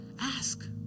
Ask